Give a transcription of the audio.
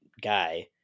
guy